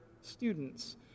students